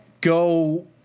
go